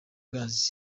gaz